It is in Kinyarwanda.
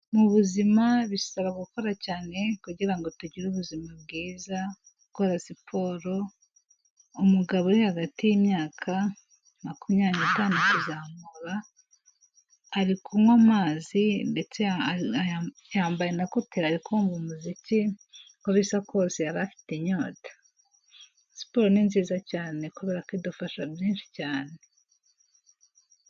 Mu buzima bisaba gukora cyane kugira ngo tugire ubuzima bwiza, dukora siporo. Umugabo uri hagati y'imyaka makumyabiri n'itanu kuzamura, ari kunywa amazi ndetse yambaye na koteri, ari kumva umuziki, uko bisa kose yari afite inyota. Siporo ni nziza cyane kubera ko idufasha byinshi cyane.